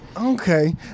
Okay